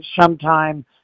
sometime